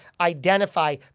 identify